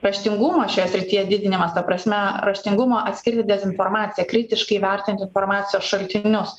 raštingumo šioje srityje didinimas ta prasme raštingumo atskirti dezinformaciją kritiškai vertint informacijos šaltinius